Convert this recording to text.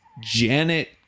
janet